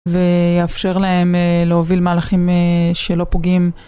ויאפשר להם להוביל מהלכים שלא פוגעים.